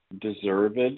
deserved